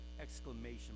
exclamation